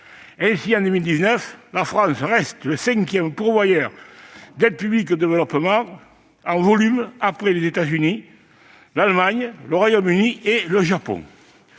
Ainsi, en 2019, la France reste le cinquième pourvoyeur d'aide publique au développement en volume, après les États-Unis, l'Allemagne, le Royaume-Uni et le Japon.